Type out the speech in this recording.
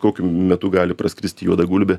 kokiu metu gali praskristi juoda gulbė